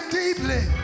deeply